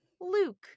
Luke